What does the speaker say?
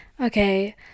Okay